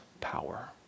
power